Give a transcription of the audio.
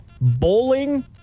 Bowling